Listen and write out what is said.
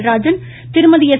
நடராஜன் திருமதி எஸ்